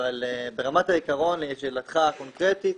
אבל ברמת העיקרון, לשאלתך הקונקרטית,